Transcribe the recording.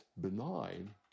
benign